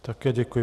Také děkuji.